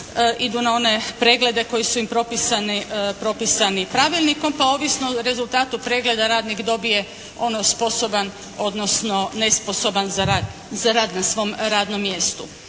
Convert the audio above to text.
idu na one preglede koji su im pripisani pravilnikom, pa ovisno o rezultatu pregleda radnik dobije ono sposoban odnosno nesposoban za rad na svom radnom mjestu.